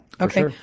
okay